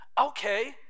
Okay